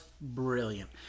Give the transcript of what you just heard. brilliant